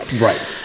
right